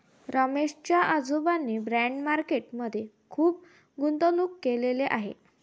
रमेश च्या आजोबांनी bond market मध्ये खुप गुंतवणूक केलेले आहे